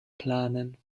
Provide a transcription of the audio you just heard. planen